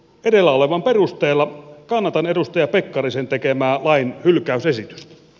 edellä olevan perusteella kannatan edustaja pekkarisen tekemää lain hylkäysesitystä